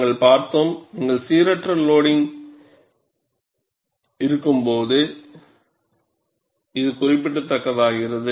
நாங்கள் பார்த்தோம் நீங்கள் சீரற்ற லோடிங்க் இருக்கும்போது இது குறிப்பிடத்தக்கதாகிறது